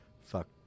Fuck